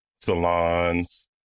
salons